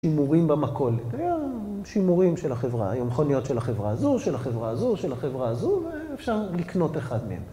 שימורים במכולת, היה שימורים של החברה, היו מכוניות של החברה הזו, של החברה זו, של החברה זו ואפשר לקנות אחד מהם.